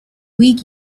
weak